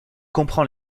comprend